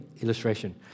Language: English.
Illustration